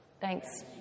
Thanks